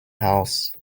house